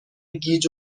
گیج